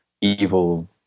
evil